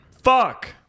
Fuck